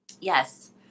Yes